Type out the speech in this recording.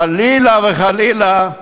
חלילה וחלילה,